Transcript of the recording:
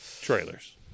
Trailers